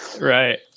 Right